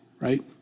right